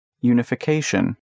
unification